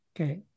Okay